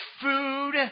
food